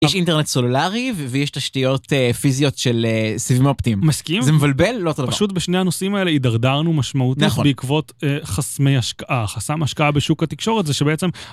יש אינטרנט סולולרי ויש תשתיות פיזיות של סיבים אופטיים. מסכים. זה מבלבל, לא אותו דבר. פשוט בשני הנושאים האלה התדרדרנו משמעותיך בעקבות חסמי השקעה. חסם השקעה בשוק התקשורת זה שבעצם...